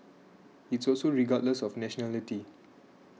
it's also regardless of nationality